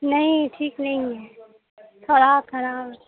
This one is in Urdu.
نہیں ٹھیک نہیں ہے تھوڑا کھراب